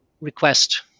request